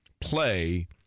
play